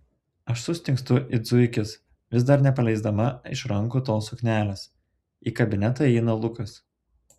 aš sustingstu it zuikis vis dar nepaleisdama iš rankų tos suknelės į kabinetą įeina lukas